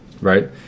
right